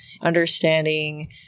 understanding